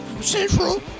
Central